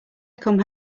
come